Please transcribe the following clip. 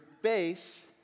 face